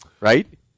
right